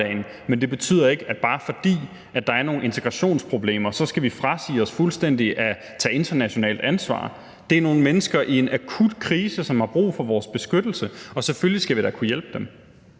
men det betyder ikke, at bare fordi der er nogle integrationsproblemer, skal vi fuldstændig frasige os at tage internationalt ansvar. Det er nogle mennesker, som er i en akut krise, og som har brug for vores beskyttelse, og selvfølgelig skal vi da kunne hjælpe dem.